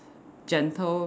gentle